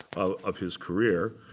of his career.